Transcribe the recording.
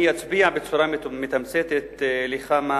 אני אצביע בצורה מתומצתת על כמה